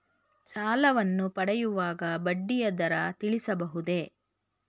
ಸಾಲವನ್ನು ಪಡೆಯುವಾಗ ಬಡ್ಡಿಯ ದರ ತಿಳಿಸಬಹುದೇ?